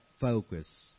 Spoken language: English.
focus